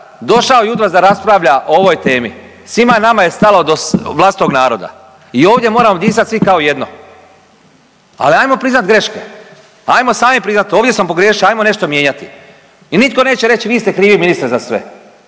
došao je jutros da raspravlja o ovoj temi. Svima nama je stalo do vlastitog naroda i ovdje moramo svi disati kao jedno. Ali ajmo priznati greške, ajmo sami priznati ovdje sam pogriješio ajmo nešto mijenjati i nitko neće reći vi ste krivi ministre za sve.